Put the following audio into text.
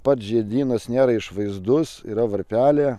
pats žiedynas nėra išvaizdus yra varpelė